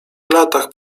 latach